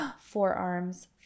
forearms